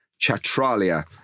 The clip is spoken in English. Chatralia